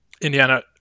Indiana